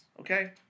okay